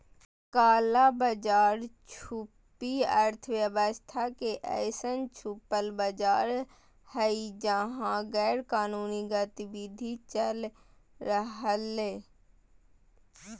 काला बाज़ार छुपी अर्थव्यवस्था के अइसन छुपल बाज़ार हइ जहा गैरकानूनी गतिविधि चल रहलय